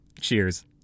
Cheers